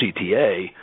CTA